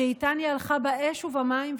שאיתן היא הלכה באש ובמים,